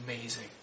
amazing